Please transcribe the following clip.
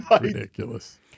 Ridiculous